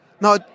Now